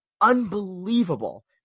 unbelievable